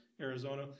arizona